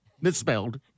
Misspelled